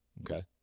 Okay